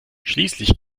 schließlich